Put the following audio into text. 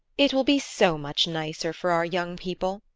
it will be so much nicer for our young people.